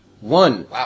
One